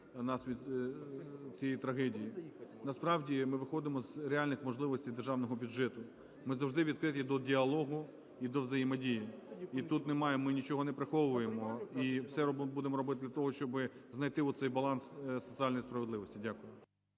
нас від цієї трагедії. Насправді ми виходимо з реальних можливостей державного бюджету. Ми завжди відкриті до діалогу і до взаємодії. І тут немає, ми нічого не приховуємо. І все будемо робити для того, щоб знайти оцей баланс соціальної справедливості. Дякую.